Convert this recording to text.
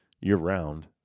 year-round